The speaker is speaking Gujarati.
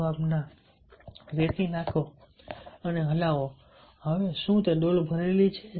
જવાબ છે ના રેતી નાખો અને હલાવો હવે શું તે ડોલ ભરેલી છે